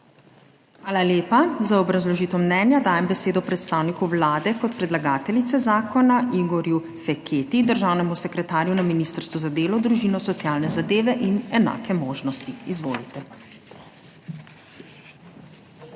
Hvala lepa. Za obrazložitev mnenja dajem besedo predstavniku Vlade kot predlagateljice zakona, Igorju Feketiji, državnemu sekretarju na Ministrstvu za delo, družino, socialne zadeve in enake možnosti. Izvolite. **IGOR